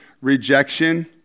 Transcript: rejection